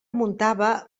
muntava